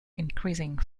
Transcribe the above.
increasing